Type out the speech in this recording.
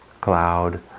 cloud